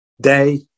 day